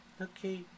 Okay